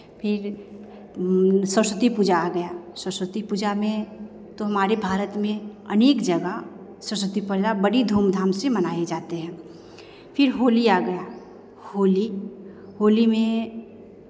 फिर सरस्वती पूजा आ गया सरस्वती पूजा में तो हमारे भारत में अनेक जगह सरस्वती पूजा बड़ी धूमधाम से मनाए जाते हैं फिर होली आ गया होली होली में